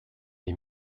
die